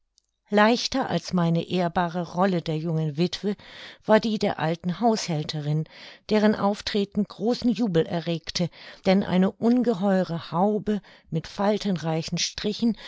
leichter als meine ehrbare rolle der jungen wittwe war die der alten haushälterin deren auftreten großen jubel erregte denn eine ungeheure haube mit faltenreichen strichen